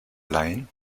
leihen